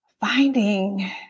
finding